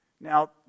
Now